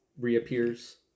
reappears